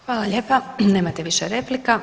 Hvala lijepa, nemate više replika.